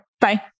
Bye